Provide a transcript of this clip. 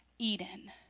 Eden